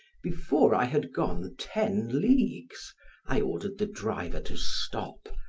before i had gone ten leagues i ordered the driver to stop,